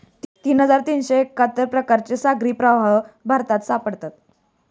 तीन हजार तीनशे एक्काहत्तर प्रकारचे सागरी प्रवाह भारतात सापडतात